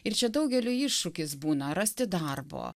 ir čia daugeliui iššūkis būna rasti darbo